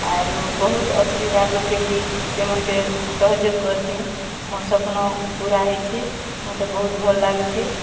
ଆରୁ ବହୁତ୍ ଅସୁବିଧା ଲୋକ୍କେ ବି ସେମାନ୍ଙ୍କେ ସହଯୋଗ୍ କରସିଁ ମୋର୍ ସ୍ବପ୍ନ ପୁରା ହେଇଛେ ମତେ ବହୁତ୍ ଭଲ୍ ଲାଗୁଛେ